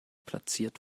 platziert